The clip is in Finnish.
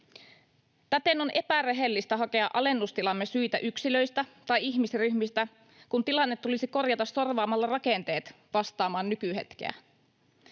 Täten on epärehellistä hakea alennustilamme syitä yksilöistä tai ihmisryhmistä, kun tilanne tulisi korjata sorvaamalla rakenteet vastaamaan nykyhetkeä.